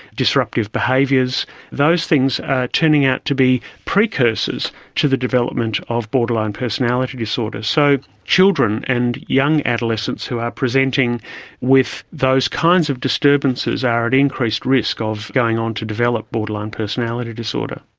disruptive behaviours those things are turning out to be precursors to be development of borderline personality disorder. so children and young adolescents who are presenting with those kinds of disturbances are at increased risk of going on to develop borderline personality disorder.